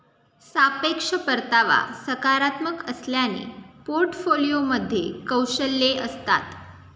सापेक्ष परतावा सकारात्मक असल्याने पोर्टफोलिओमध्ये कौशल्ये असतात